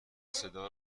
صدا